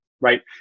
Right